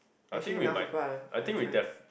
actually now people are are trying